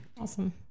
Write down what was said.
awesome